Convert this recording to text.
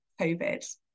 COVID